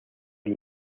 que